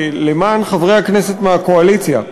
למען חברי הכנסת מהקואליציה,